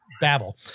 babble